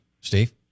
Steve